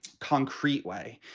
concrete way,